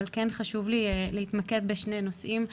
אבל כן חשוב לי להתמקד בשני נושאים,